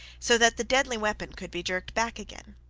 so that the deadly weapon could be jerked back again.